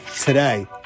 today